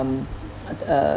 but uh